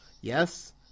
Yes